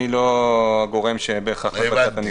איני יודע.